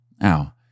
Now